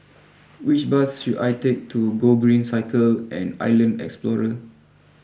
which bus should I take to Gogreen Cycle and Island Explorer